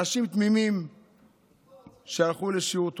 אנשים תמימים שהלכו לשיעור תורה,